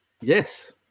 Yes